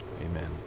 Amen